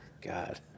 God